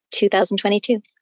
2022